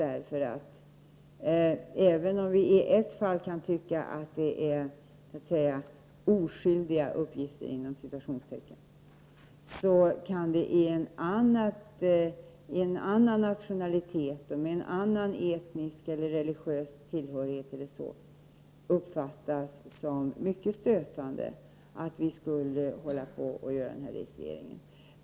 Även om vi i ett fall kan tycka att det gäller ”oskyldiga” uppgifter, kan det av människor med en annan nationalitet och med en annan etnisk eller religiös tillhörighet uppfattas som mycket stötande att sådana uppgifter registreras.